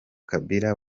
kabila